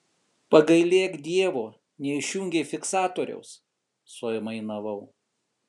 pagailėk dievo neišjungei fiksatoriaus suaimanavau